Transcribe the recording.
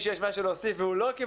שניים אושר.